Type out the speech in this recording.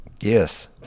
Yes